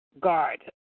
guard